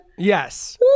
Yes